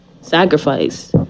sacrifice